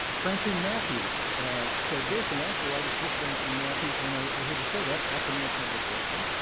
francine matthews said this, and actually, i was with francine matthews when i i heard her say that at the national book festival.